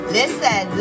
listen